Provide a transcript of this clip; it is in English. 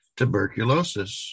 tuberculosis